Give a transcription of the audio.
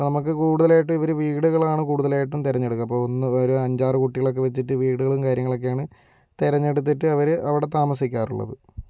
അപ്പോൾ നമുക്ക് കൂടുതലായിട്ട് ഇവര് വീടുകളാണ് കൂടുതലായിട്ടും തിരഞ്ഞെടുക്കുക അപ്പോൾ ഒന്ന് അതായത് അഞ്ചാറ് കുട്ടികളൊക്കെ വച്ചിട്ട് വീടുകളും കാര്യങ്ങളൊക്കെയാണ് തെരഞ്ഞെടുത്തിട്ട് അവര് അവിടെ താമസിക്കാറുള്ളത്